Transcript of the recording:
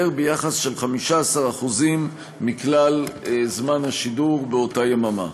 ביחס של 15% מכלל זמן השידור באותה יממה.